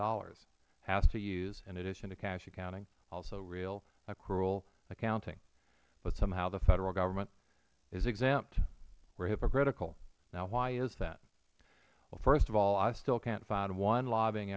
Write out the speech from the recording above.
million has to use in addition to cash accounting also real accrual accounting but somehow the federal government is exempt we are hypocritical now why is that well first of all i still cant find one lobbying